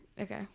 Okay